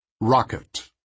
Rocket